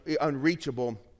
unreachable